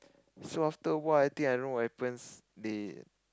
so after a while I think I don't know what happens they